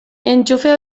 entxufea